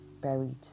buried